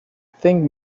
think